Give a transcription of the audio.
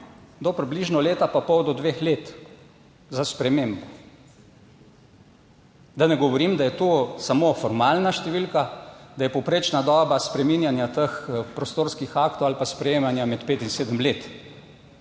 do približno leta pa pol do dveh let za spremembo, da ne govorim, da je to samo formalna številka, da je povprečna doba spreminjanja teh prostorskih aktov ali pa sprejemanja med pet in sedem let,